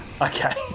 Okay